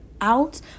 out